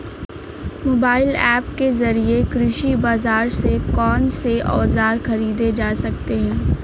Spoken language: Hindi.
मोबाइल ऐप के जरिए कृषि बाजार से कौन से औजार ख़रीदे जा सकते हैं?